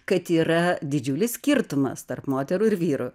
kad yra didžiulis skirtumas tarp moterų ir vyrų